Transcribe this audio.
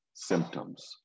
symptoms